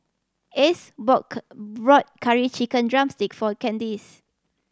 Ace bought Curry Chicken drumstick for Candice